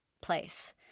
place